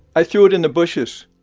i threw it in the bushes